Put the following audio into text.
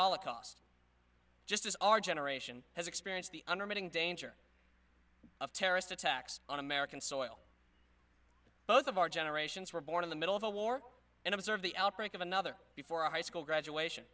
holocaust just as our generation has experienced the unremitting danger of terrorist attacks on american soil both of our generations were born in the middle of a war and observe the outbreak of another before high school graduation